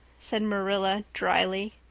said marilla drily.